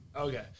Okay